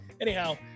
Anyhow